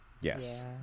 Yes